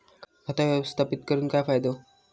खाता व्यवस्थापित करून काय फायदो?